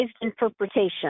interpretation